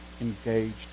engaged